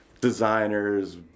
designers